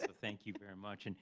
thank you very much. and